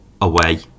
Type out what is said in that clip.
away